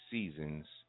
Seasons